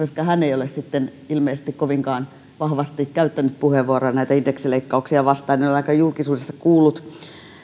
vastaa ei ole ilmeisesti kovinkaan vahvasti käyttänyt puheenvuoroja näitä indeksileikkauksia vastaan en ole ainakaan julkisuudessa kuullut